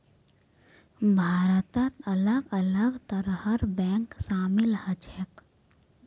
भारतत अलग अलग तरहर बैंक शामिल ह छेक